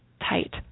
tight